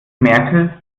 merkel